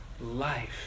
life